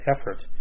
effort